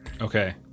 Okay